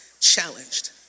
challenged